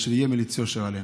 ושיהיה מליץ יושר עלינו.